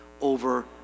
over